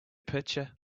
pitcher